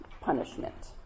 punishment